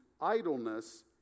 idleness